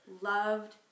loved